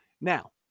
Now